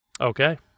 Okay